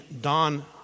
Don